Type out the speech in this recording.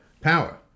power